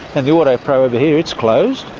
and the autopro over here, it's closed.